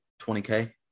20K